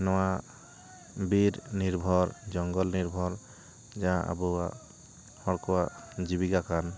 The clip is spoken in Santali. ᱱᱚᱣᱟ ᱵᱤᱨ ᱱᱤᱨᱵᱷᱚᱨ ᱡᱚᱝᱜᱚᱞ ᱱᱤᱨᱵᱷᱚᱨ ᱡᱟᱦᱟᱸ ᱟᱵᱚᱭᱟᱜ ᱦᱚᱲ ᱠᱚᱣᱟᱜ ᱡᱤᱵᱤᱠᱟ ᱠᱟᱱ